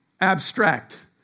abstract